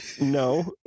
No